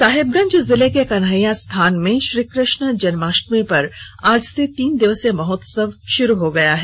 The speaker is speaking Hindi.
साहेबगंज जिले के कन्हैया स्थान में श्रीकष्ण जन्माष्टमी पर आज से तीन दिवसीय महोत्सव शुरू हो गया है